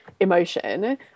emotion